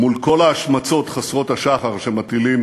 מול כל ההשמצות חסרות השחר שמטילים